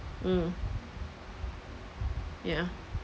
mm yeah